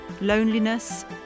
loneliness